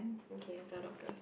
okay I tell Dorcas